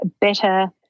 better